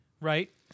right